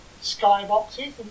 skyboxes